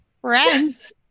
friends